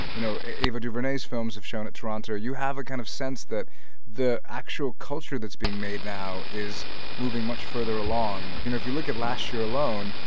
you know, ava duvernay's films have shown at toronto. you have a kind of sense that the actual culture that's being made now is moving much further along. you know, if you look at last year alone,